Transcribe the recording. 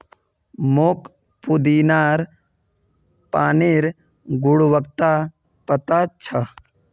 मोक पुदीनार पानिर गुणवत्ता पता छ